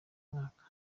mwaka